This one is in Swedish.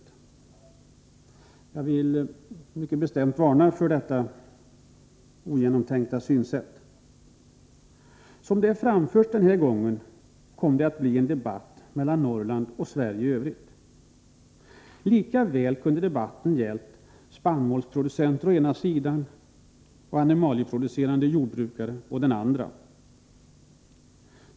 Jag vill mycket bestämt varna för detta ogenomtänkta synsätt. Som det framfördes denna gång blev det en debatt mellan Norrland och Sverige i övrigt. Lika väl kunde debatten ha gällt spannmålsproducenter å den ena sidan och animalieproducerande jordbrukare å den andra.